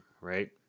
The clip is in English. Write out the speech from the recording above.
right